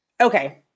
okay